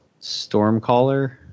stormcaller